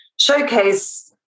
showcase